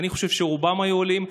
אני חושב שרובם היו עולים.